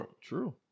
True